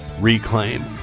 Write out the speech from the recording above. Reclaim